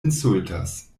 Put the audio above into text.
insultas